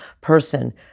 person